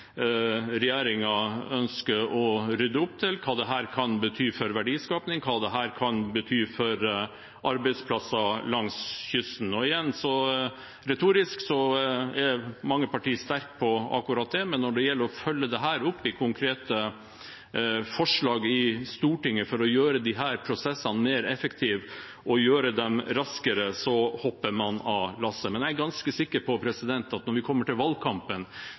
ønsker å rydde opp i, hva dette kan bety for verdiskaping, og hva dette kan bety for arbeidsplasser langs kysten. Igjen: Mange partier er sterke på akkurat det retorisk, men når det gjelder å følge dette opp i konkrete forslag i Stortinget for å gjøre disse prosessene mer effektive og gjøre dem raskere, hopper man av lasset. Jeg er ganske sikker på at når vi kommer til valgkampen,